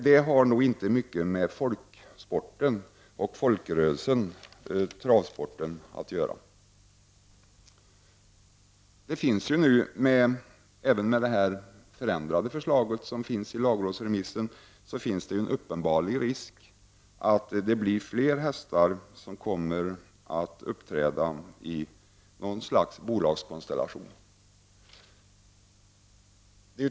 Det har i så fall inte mycket med folksporten och folkrörelsen travsport att göra. Även med det förändrade förslaget i lagrådsremissen finns en uppenbar risk för att fler hästar kommer att ingå i något slags bolagskonstellation.